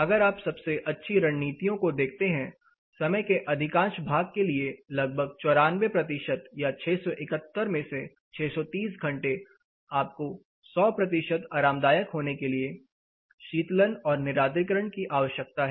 अगर आप सबसे अच्छी रणनीतियों को देखते हैं समय के अधिकांश भाग के लिए लगभग 94 प्रतिशत या 671 में से 630 घंटे आपको 100 प्रतिशत आरामदायक होने के लिए शीतलन और निरार्द्रीकरण की आवश्यकता है